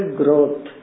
growth